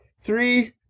Three